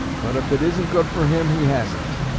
but if it isn't good for him he hasn't